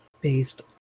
based